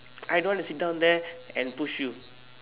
I don't want to sit down there and push you